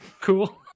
Cool